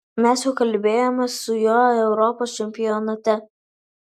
mes jau kalbėjome su juo europos čempionate